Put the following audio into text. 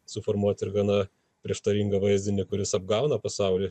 suformuot ir gana prieštaringą vaizdinį kuris apgauna pasaulį